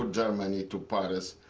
um germany to paris,